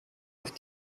auf